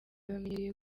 bamenyereye